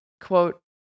quote